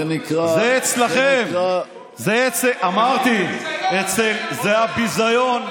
זה נקרא, זה אצלכם, ביזיון, אמרתי, זה הביזיון,